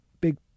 big